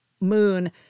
Moon